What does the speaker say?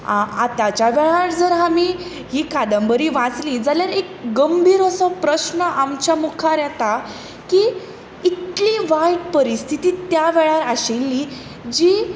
आतांच्या वेळार जर आमी ही कादंबरी वाचली जाल्यार एक गंभीर असो प्रस्न आमच्या मुखार येता की इतली वायट परिस्थिती त्या वेळार आशिल्ली जी